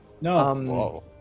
No